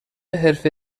حرفه